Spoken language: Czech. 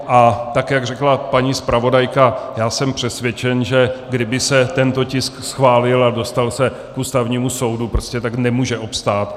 A tak jak řekla paní zpravodajka, já jsem přesvědčen, že kdyby se tento tisk schválil a dostal se k Ústavnímu soudu, tak prostě nemůže obstát.